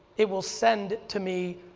it will send to me,